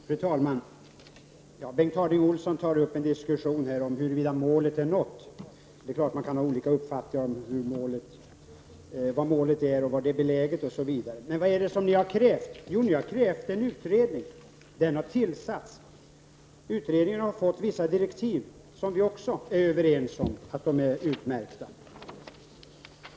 Fru talman! Bengt Harding Olson tar upp en diskussion om huruvida målet är nått. Det är klart att man kan ha olika uppfattningar om vad målet är, var det är beläget, osv. Men vad är det som Bengt Harding Olson har krävt? Jo, en utredning. Den har tillsatts. Utredningen har fått vissa direktiv, och vi är också överens om att dessa är utmärkta.